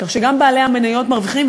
כך שגם בעלי המניות מרוויחים.